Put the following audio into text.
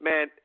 Man